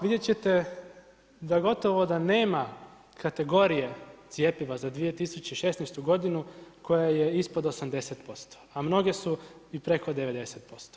Vidjet ćete da gotovo da nema kategorije cjepiva za 2016. godinu koja je ispod 80%, a mnoge su i preko 90%